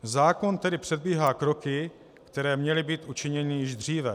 Zákon tedy předbíhá kroky, které měly být učiněny již dříve.